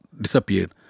disappeared